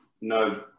No